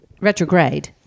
Retrograde